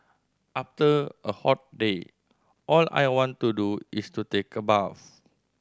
after a hot day all I want to do is to take a bath